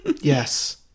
Yes